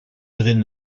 within